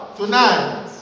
tonight